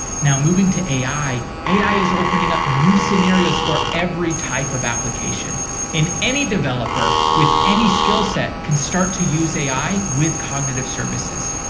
now, moving to ai, ai is opening up new scenarios for every type of application and any developer, with any skill set, can start to use ai with cognitive services.